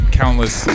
countless